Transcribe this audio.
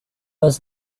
was